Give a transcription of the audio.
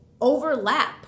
overlap